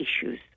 issues